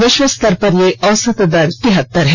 विश्व स्तर पर यह औसत दर तिहत्तर है